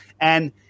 And-